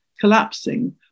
collapsing